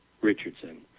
Richardson